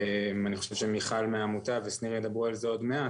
אני חושב שמיכל מהעמותה ושניר ידברו על זה עוד מעט,